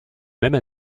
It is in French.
même